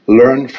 learn